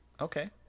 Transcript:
Okay